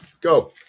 go